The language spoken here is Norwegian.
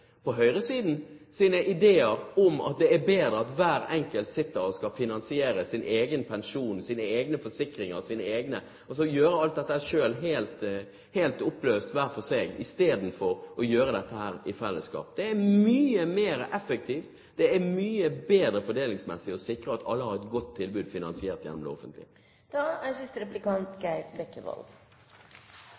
på høyresidens ideer om at det er bedre at hver enkelt finansierer sin egen pensjon og sine egne forsikringer – altså gjør alt dette selv, helt oppløst og hver for seg – enn at man gjør dette i fellesskap. Det er mye mer effektivt, og det er mye bedre fordelingsmessig å sikre at alle har et godt tilbud finansiert gjennom det offentlige.